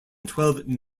twelve